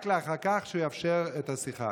רק אחר כך שיאפשר את השיחה.